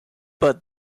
but